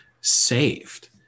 saved